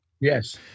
Yes